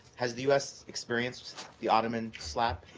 has the u s. experienced the ottoman slap?